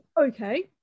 okay